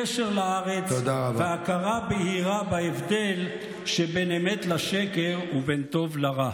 קשר לארץ והכרה בהירה בהבדל שבין אמת לשקר ובין טוב לרע.